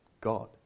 God